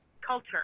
culture